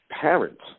parents